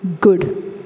good